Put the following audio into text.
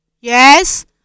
Yes